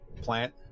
plant